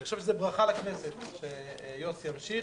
אני חושב שזאת ברכה לכנסת שיוסי ימשיך,